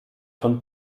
von